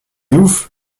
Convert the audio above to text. ouf